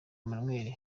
emmanuel